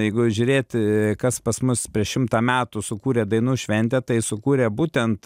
jeigu žiūrėti kas pas mus prieš šimtą metų sukūrė dainų šventę tai sukūrė būtent